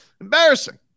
Embarrassing